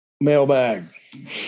Mailbag